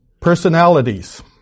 personalities